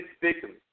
victims